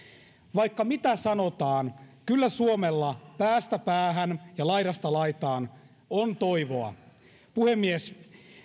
vaikka mitä sanotaan kyllä suomella päästä päähän ja laidasta laitaan on toivoa puhemies